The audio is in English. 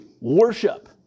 worship